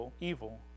evil